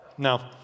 No